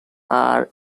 are